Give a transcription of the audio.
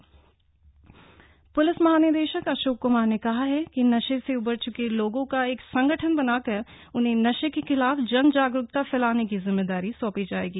police महानिदेशक चंपावत प्लिस महानिदेशक अशोक क्मार ने कहा है कि नशे से उबर च्के लोगों का एक संगठन बनाकर उन्हें नशे के खिलाफ जन जागरूकता फ़्लाने की जिम्मेदारी सौंपी जाएगी